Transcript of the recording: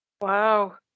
Wow